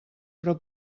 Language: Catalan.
però